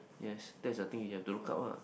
yes that is the thing you have to look up lah